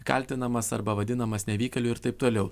kaltinamas arba vadinamas nevykėliu ir taip toliau